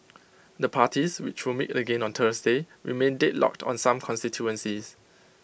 the parties which will meet again on Thursday remain deadlocked on some constituencies